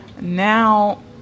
Now